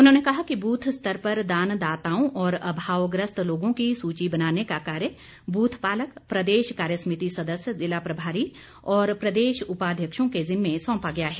उन्होंने कहा कि बूथ स्तर पर दानदाताओं और अभावग्रस्त लोगों की सूची बनाने का कार्य बूथ पालक प्रदेश कार्य समिति सदस्य जिला प्रभारी और प्रदेश उपाध्यक्षों के जिम्मे सौंपा गया है